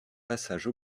passage